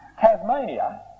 Tasmania